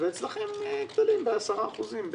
ואצלכם גדלים ב-10%.